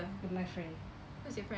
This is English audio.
with my friend